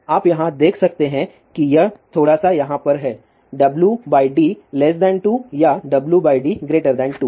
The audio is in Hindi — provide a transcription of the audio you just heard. तो आप यहाँ देख सकते हैं कि यह थोड़ा सा यहाँ पर है Wd2 या Wd 2